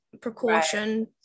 precaution